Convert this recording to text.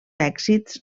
èxits